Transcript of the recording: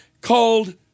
Called